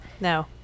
No